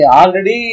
already